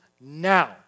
now